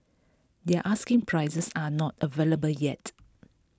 their asking prices are not available yet